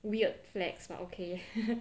weird flex but okay